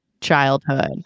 childhood